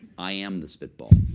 i am the spit ball.